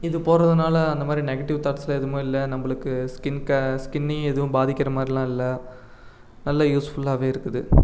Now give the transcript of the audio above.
இது போறதுனால் அந்த மாதிரி நெகட்டிவ் தாட்ஸ்லாம் எதுவுமே இல்லை நம்மளுக்கு ஸ்கின் கேர் ஸ்கின்னயும் எதுவும் பாதிக்கிற மாதிரிலாம் இல்லை நல்லா யூஸ்ஃபுல்லாகவே இருக்குது